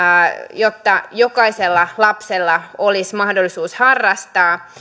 jotta jokaisella lapsella olisi mahdollisuus harrastaa